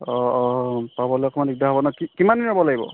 অঁ অঁ পাবলৈ অকণমান দিগদাৰ হ'ব ন কি কিমান দিন ৰ'ব লাগিব